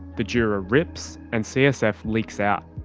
the dura rips and csf leaks out.